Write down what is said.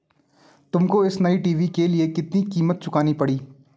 तुमको इस नए टी.वी के लिए कितनी कीमत चुकानी पड़ी?